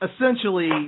essentially